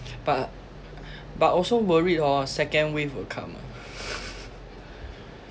but but also worried hor second wave will come ah